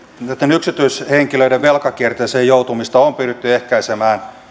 yksityishenkilöiden velkakierteeseen joutumista on pyritty ehkäisemään